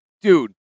Dude